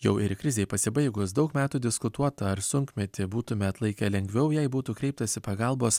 jau ir krizei pasibaigus daug metų diskutuota ar sunkmetį būtume atlaikę lengviau jei būtų kreiptasi pagalbos